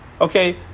Okay